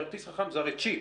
כרטיס חכם זה הרי צ'פ,